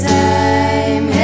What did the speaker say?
time